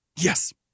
yes